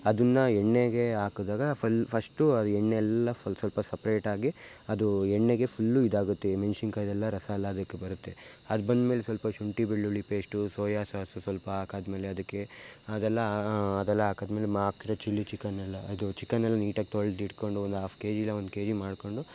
ಅದನ್ನು ಎಣ್ಣೆಗೆ ಹಾಕುದಾಗ ಫುಲ್ ಫಸ್ಟು ಅದು ಎಣ್ಣೆ ಎಲ್ಲ ಫುಲ್ ಸ್ವಲ್ಪ ಸಪ್ರೇಟಾಗಿ ಅದು ಎಣ್ಣೆಗೆ ಫುಲ್ಲು ಇದಾಗುತ್ತೆ ಮೆಣ್ಸಿನ್ಕಾಯ್ದೆಲ್ಲ ರಸಯೆಲ್ಲ ಅದಕ್ಕೆ ಬರುತ್ತೆ ಅದು ಬಂದ ಮೇಲೆ ಸ್ವಲ್ಪ ಶುಂಠಿ ಬೆಳ್ಳುಳ್ಳಿ ಪೇಸ್ಟು ಸೋಯಾ ಸಾಸು ಸ್ವಲ್ಪ ಹಾಕಾದ ಮೇಲೆ ಅದಕ್ಕೆ ಅದೆಲ್ಲ ಅದೆಲ್ಲ ಹಾಕಾದ ಮೇಲೆ ಚಿಲ್ಲಿ ಚಿಕನ್ನೆಲ್ಲ ಇದು ಚಿಕನ್ನೆಲ್ಲ ನೀಟಾಗಿ ತೊಳೆದಿಟ್ಕೊಂಡು ಒಂದು ಆಫ್ ಕೆ ಜಿ ಇಲ್ಲ ಒಂದು ಕೆ ಜಿ ಮಾಡಿಕೊಂಡು